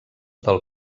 del